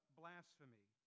blasphemy